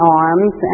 arms